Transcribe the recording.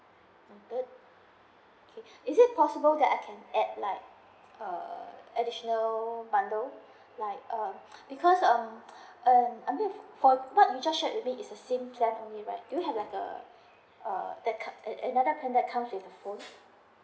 mm okay is it possible that I can add like uh additional bundle like uh because uh uh I think what you just shared with me is the same plan only right do you have like uh uh that comes another plan that comes with phone